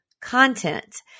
content